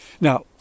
Now